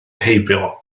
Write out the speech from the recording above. heibio